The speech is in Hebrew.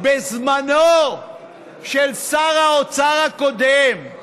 בזמנו של שר האוצר הקודם.